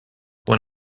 when